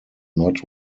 not